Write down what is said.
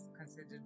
considered